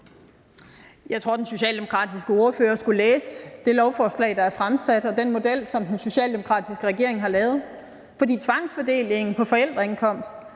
Jeg tror, den socialdemokratiske ordfører skulle læse det lovforslag, der er fremsat, om den model, som den socialdemokratiske regering har lavet, for tvangsfordelingen efter forældreindkomst